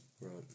Right